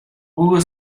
hugo